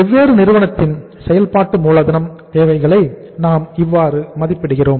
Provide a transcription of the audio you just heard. வெவ்வேறு நிறுவனத்தின் செயல்பாட்டு மூலதனம் தேவைகளை நாம் இவ்வாறு மதிப்பிடுகிறோம்